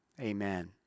Amen